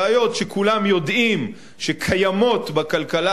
בעיות שכולם יודעים שקיימות בכלכלה